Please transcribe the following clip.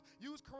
use